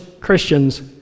Christians